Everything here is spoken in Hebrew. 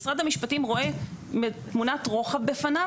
משרד המשפטים רואה תמונת רוחב בפניו